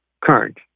current